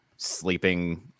sleeping